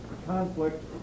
conflict